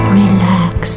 relax